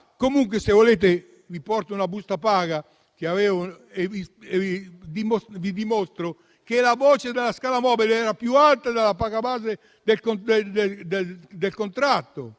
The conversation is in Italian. Se volete vi porto una busta paga che ho e vi dimostro che la voce della scala mobile era più alta della paga base del contratto.